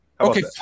Okay